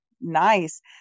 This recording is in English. nice